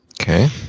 Okay